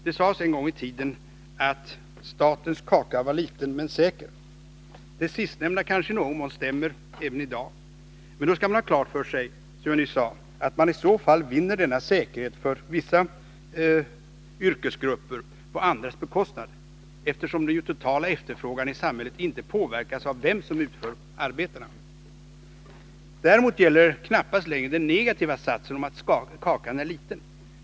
Det sades en gång i tiden att ”statens kaka är liten men säker”. Det sistnämnda kanske i någon mån stämmer även i dag. Men då skall man ha klart för sig, som jag nyss sade, att man i så fall vinner denna säkerhet för vissa yrkesgrupper på andras bekostnad, eftersom den totala efterfrågan i samhället inte påverkas av dem som utför arbetena. Däremot gäller knappast längre den negativa satsen om att kakan är liten.